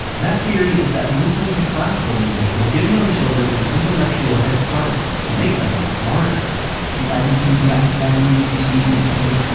that theory is that listening to classical music will give young children an intellectual head-start, to make them smarter we buy this baby einstein music cds, and